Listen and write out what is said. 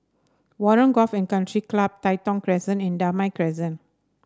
Warren Golf and Country Club Tai Thong Crescent and Damai Crescent